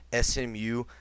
SMU